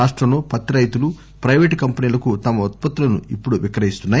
రాష్టంలో పత్తి రైతులు ప్రైవేటు కంపెనీలకు తమ ఉత్పత్తులను ఇప్పుడు విక్రయిస్తున్నాయి